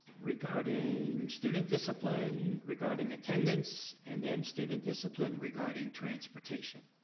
regarding student discipline regarding attendance and then student discipline regarding transportation.